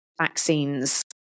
vaccines